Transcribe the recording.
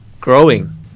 growing